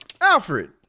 alfred